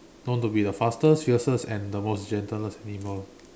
known to be the fastest fiercest and the most gentlest animal